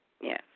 Yes